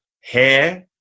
hair